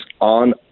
on